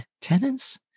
tenants